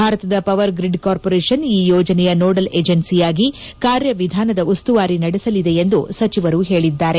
ಭಾರತದ power grid corporation ಈ ಯೋಜನೆಯ ನೋಡಲ್ ಏಜೆನ್ಸಿಯಾಗಿ ಕಾರ್ಯ ವಿಧಾನದ ಉಸ್ತುವಾರಿ ನಡೆಸಲಿದೆ ಎಂದು ಸಚಿವರು ಹೇಳಿದ್ದಾರೆ